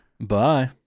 Bye